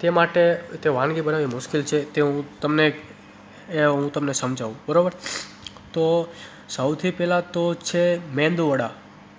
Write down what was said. તે માટે તે વાનગી બનાવી મુશ્કેલ છે તે હું તમને એ હું તમને સમજાવું બરાબર તો સૌથી પહેલાં તો છે મેંદુવડા